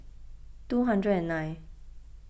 two hundred and nine